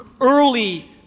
early